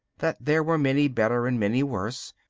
that there were many better and many worse,